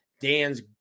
Dan's